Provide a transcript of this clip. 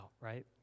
right